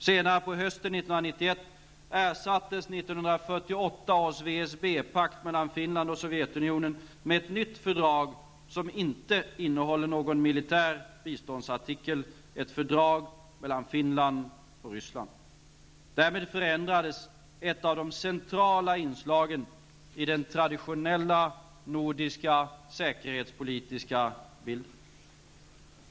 Senare på hösten 1991 ersattes 1948 års VSB-pakt mellan Finland och Sovjetunionen med ett nytt fördrag som inte innehåller någon militär biståndsartikel. Därmed förändrades ett av de centrala inslagen i den traditionella nordiska säkerhetspolitiska bilden.